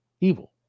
evil